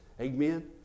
Amen